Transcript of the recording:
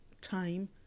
time